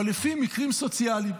אבל לפי מקרים סוציאליים.